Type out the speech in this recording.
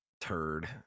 turd